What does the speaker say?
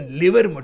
liver